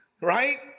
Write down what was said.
right